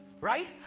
right